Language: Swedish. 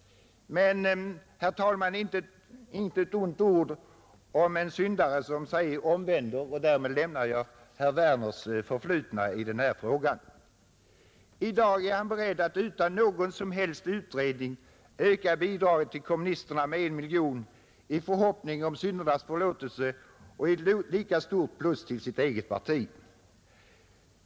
Men, herr talman, inte ett ont ord om en syndare som sig omvänder. Och därmed lämnar jag herr Werners förflutna i den här frågan. I dag är han beredd att utan någon som helst utredning öka bidraget till kommunisterna med 1 miljon i förhoppning om syndernas förlåtelse och ett lika stort plus till sitt eget parti.